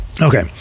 Okay